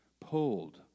pulled